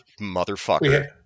motherfucker